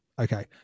Okay